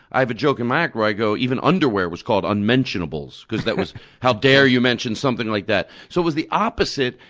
i have a joke in my act where i go even underwear was called unmentionables, because that was how dare you mention something like that. so it was the opposite,